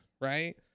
right